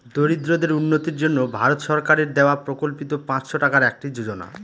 দরিদ্রদের উন্নতির জন্য ভারত সরকারের দেওয়া প্রকল্পিত পাঁচশো টাকার একটি যোজনা